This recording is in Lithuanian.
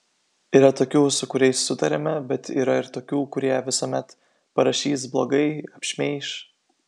yra tokių su kuriais sutariame bet yra ir tokių kurie visuomet parašys blogai apšmeiš